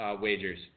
wagers